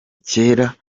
kera